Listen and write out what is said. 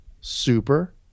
Super